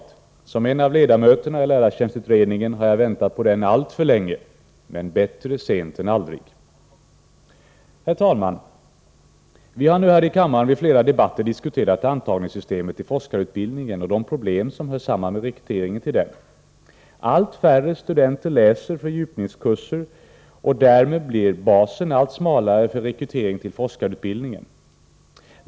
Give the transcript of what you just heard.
Såsom en av ledamöterna i lärartjänstutredningen har jag väntat på det alltför länge — men bättre sent än aldrig. Herr talman! Vi har här i kammaren vid flera debatter diskuterat antagningssystemet till forskarutbildningen och de problem som hör samman med rekryteringen till den. Allt färre studenter läser fördjupningskurser, och därmed blir basen för rekrytering till forskarutbildningen allt smalare.